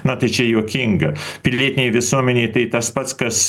na tai čia juokinga pilietinei visuomenei tai tas pats kas